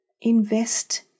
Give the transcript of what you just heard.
Invest